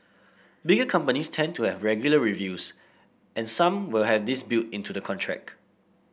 bigger companies tend to have regular reviews and some will have this built into the contract